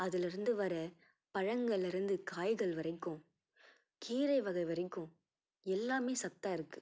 அதிலருந்து வர பழங்கள்லருந்து காய்கள் வரைக்கும் கீரைவகை வரைக்கும் எல்லாமே சத்தாக இருக்குது